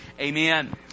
Amen